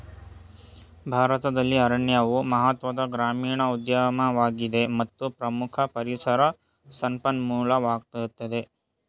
ಭಾರತದಲ್ಲಿ ಅರಣ್ಯವು ಮಹತ್ವದ ಗ್ರಾಮೀಣ ಉದ್ಯಮವಾಗಿದೆ ಮತ್ತು ಪ್ರಮುಖ ಪರಿಸರ ಸಂಪನ್ಮೂಲವಾಗಯ್ತೆ